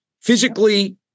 physically